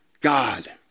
God